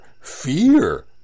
fear